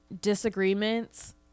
disagreements